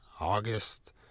August